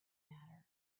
matter